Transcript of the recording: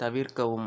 தவிர்க்கவும்